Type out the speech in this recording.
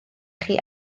chi